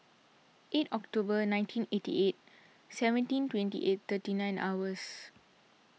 eight Octorber nineteen eighty eight seventeen twenty eight thirty nine hours